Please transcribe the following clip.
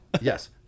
Yes